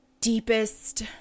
deepest